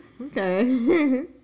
Okay